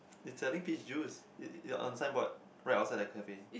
it's selling peach juice it it on the sign board right outside the cafe